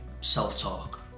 self-talk